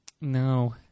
No